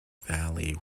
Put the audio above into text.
valley